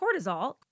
cortisol